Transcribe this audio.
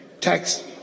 Tax